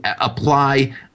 apply